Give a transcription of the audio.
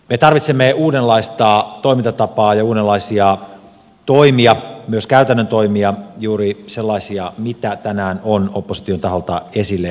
me tarvitsemme uudenlaista toimintatapaa ja uudenlaisia toimia myös käytännön toimia juuri sellaisia mitä tänään on opposition taholta esille tuotu